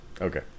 Okay